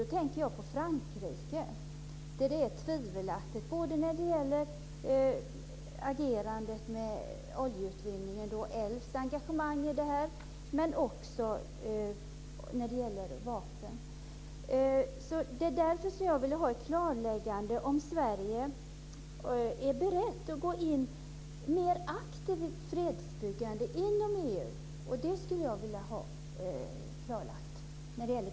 Jag tänker på Frankrike, vars agerande är tvivelaktigt både när det gäller oljeutvinningen och Elfs engagemang i detta och när det gäller vapen. Därför undrar jag om Sverige är berett att gå in mer aktivt i fredsbyggandet inom EU. Det skulle jag vilja ha klarlagt när det gäller